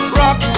rock